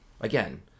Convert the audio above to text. again